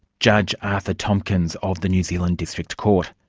judge arthur tompkins of the new zealand district court.